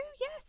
Yes